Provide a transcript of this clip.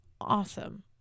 awesome